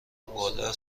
بالا